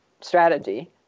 strategy